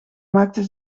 maakte